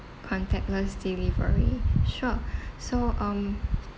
contactless delivery sure so um